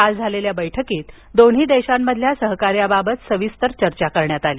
काल झालेल्या बैठकीत दोन्ही देशांमधील सहकार्याबाबत सविस्तर चर्चा करण्यात आली